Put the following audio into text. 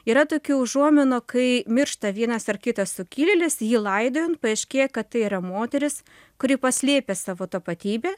yra tokių užuominų kai miršta vienas ar kitas sukilėlis jį laidojant paaiškėja kad tai yra moteris kuri paslėpė savo tapatybę